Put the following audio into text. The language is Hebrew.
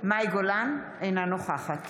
מאי גולן, אינה נוכחת